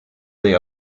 they